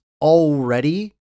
already